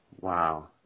Wow